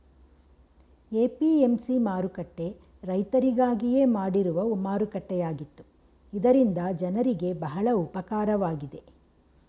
APMC ಮಾರುಕಟ್ಟೆ ರೈತರಿಗಾಗಿಯೇ ಮಾಡಿರುವ ಮಾರುಕಟ್ಟೆಯಾಗಿತ್ತು ಇದರಿಂದ ಜನರಿಗೆ ಬಹಳ ಉಪಕಾರವಾಗಿದೆ